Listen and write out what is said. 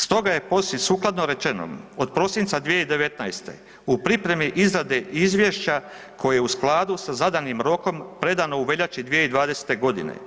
Stoga je POSI sukladno rečenom od prosinca 2019. u pripremi izradi izvješća koje je u skladu sa zadanim rokom predano u veljači 2020. godine.